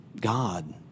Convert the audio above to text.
God